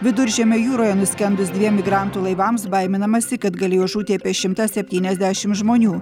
viduržemio jūroje nuskendus dviem migrantų laivams baiminamasi kad galėjo žūti apie šimtas septyniasdešim žmonių